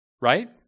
Right